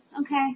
okay